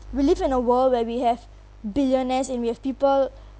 we live in a world where we have billionaires and we have people